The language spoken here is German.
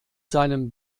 seinem